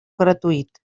gratuït